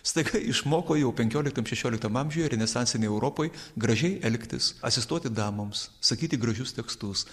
staiga išmoko jau penkioliktam šešioliktam amžiuje renesansinėj europoj gražiai elgtis atsistoti damoms sakyti gražius tekstus